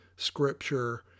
scripture